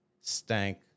stank